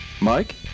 Mike